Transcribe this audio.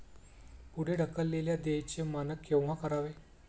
पुढे ढकललेल्या देयचे मानक केव्हा करावे?